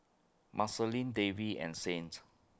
Marceline Davy and Saint